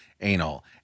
anal